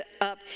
up